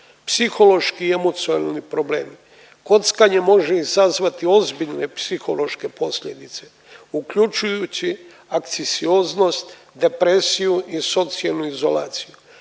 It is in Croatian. Psihološki i emocionalni problemi. Kockanje može izazvati ozbiljne psihološke posljedice uključujući anksioznost, depresiju i socijalnu izolaciju.